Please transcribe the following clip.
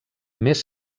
més